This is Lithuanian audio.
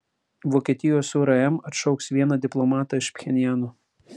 vokietijos urm atšauks vieną diplomatą iš pchenjano